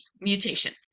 mutation